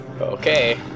okay